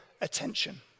attention